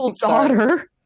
daughter